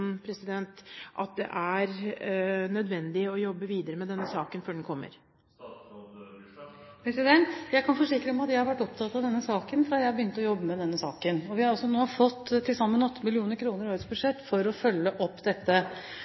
at det er nødvendig å jobbe videre med denne saken før den kommer? Jeg kan forsikre at jeg har vært opptatt av denne saken fra jeg begynte å jobbe med den. Vi har fått til sammen 8 mill. kr i årets budsjett for å følge opp dette.